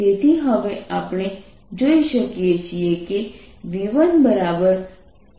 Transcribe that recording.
તેથી હવે આપણે જોઈ શકીએ છીએ કે V1 60R2110R છે